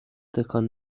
تکان